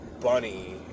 bunny